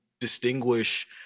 distinguish